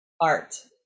art